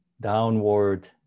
downward